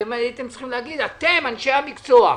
אתם, אנשי המקצוע,